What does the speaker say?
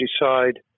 decide